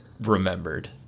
remembered